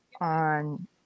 on